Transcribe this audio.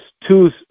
two